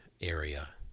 area